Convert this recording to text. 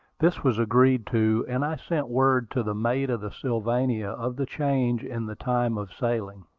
this was agreed to and i sent word to the mate of the sylvania of the change in the time of sailing.